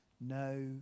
no